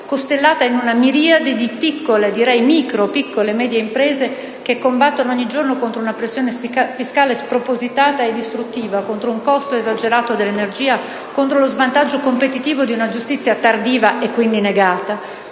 costellata in una miriade di piccole, anzi micropiccole e medie imprese, che combattono contro una pressione fiscale spropositata e distruttiva, contro un costo esagerato dell'energia, contro lo svantaggio competitivo di una giustizia tardiva e quindi negata,